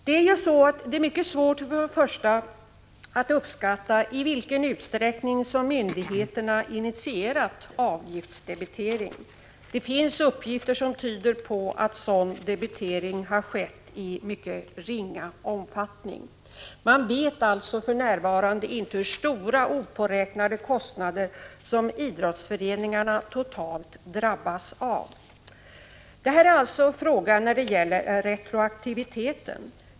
Det är mycket svårt att uppskatta i vilken utsträckning myndigheterna initierat avgiftsdebitering. Det finns uppgifter som tyder på att sådan debitering har skett i mycket ringa omfattning. Man vet alltså för närvarande inte hur stora opåräknade kostnader som idrottsföreningarna totalt drabbas av. Detta gäller alltså frågan om retroaktiviteten.